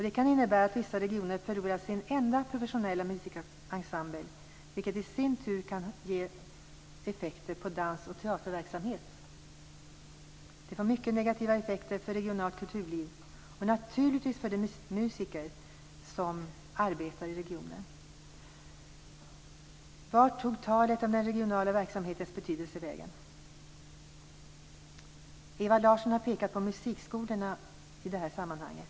Det kan innebära att vissa regioner förlorar sin enda professionella musikensemble, vilket i sin tur kan ge effekter på dans och teaterverksamhet. Det får mycket negativa effekter för regionalt kulturliv och naturligtvis för de musiker som arbetar i regionen. Vart tog talet om den regionala verksamhetens betydelse vägen? Ewa Larsson har pekat på musikskolorna i det här sammanhanget.